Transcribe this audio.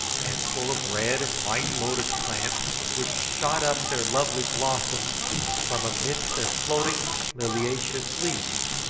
and full of red and white lotus plants which shot up their lovely blossoms from amidst their floating liliaceous leaves.